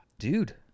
dude